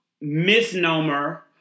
misnomer